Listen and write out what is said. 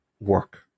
work